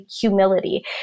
humility